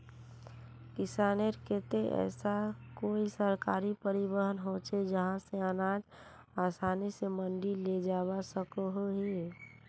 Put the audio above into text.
किसानेर केते ऐसा कोई सरकारी परिवहन होचे जहा से अनाज आसानी से मंडी लेजवा सकोहो ही?